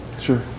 sure